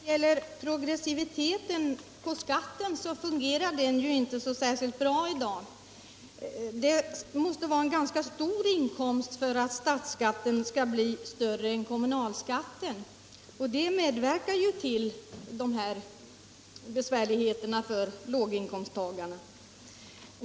Herr talman! Progressiviteten i skattesystemet fungerar inte särskilt bra i dag. Det fordras en ganska stor inkomst för att statsskatten skall bli större än kommunalskatten, och det medverkar till besvärligheterna för låginkomsttagarna.